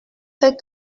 cette